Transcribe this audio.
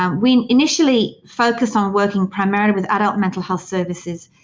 um we initially focused on working primarily with adult mental health services.